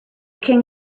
king